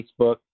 Facebook